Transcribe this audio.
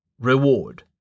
Reward